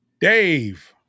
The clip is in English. Dave